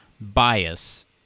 bias